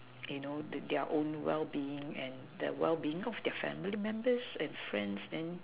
you know the their own well being and the well being of their family members and friends then